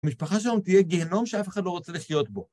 המשפחה שם תהיה גהנום שאף אחד לא רוצה לחיות בו.